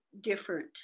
different